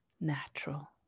natural